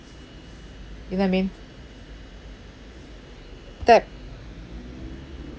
you know I mean tap